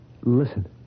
Listen